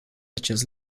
acest